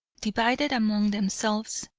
divided among themselves,